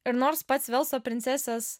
ir nors pats velso princesės